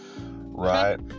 Right